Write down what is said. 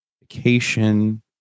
vacation